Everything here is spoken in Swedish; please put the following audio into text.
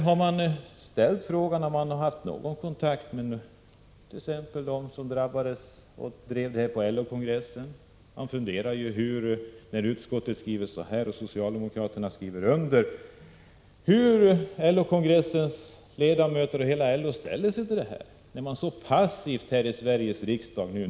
Har man t.ex. haft någon kontakt med dem som drev denna fråga på LO-kongressen? När utskottets majoritet formulerar sig som den gjort, och socialdemokraterna skriver under, undrar man hur ombuden vid LO kongressen ställer sig.